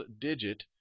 digit